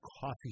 coffee